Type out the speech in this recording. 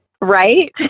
Right